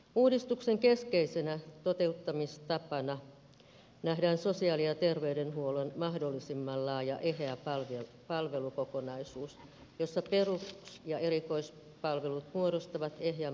uudistuksen keskeisenä toteuttamistapana nähdään sosiaali ja terveydenhuollon mahdollisimman laaja eheä palvelukokonaisuus jossa perus ja erikoispalvelut muodostavat ehjän palvelukokonaisuuden